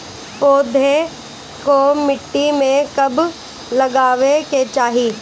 पौधे को मिट्टी में कब लगावे के चाही?